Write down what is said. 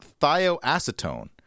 thioacetone